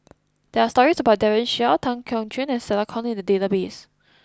there are stories about Daren Shiau Tan Keong Choon and Stella Kon in the database